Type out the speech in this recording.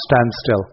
standstill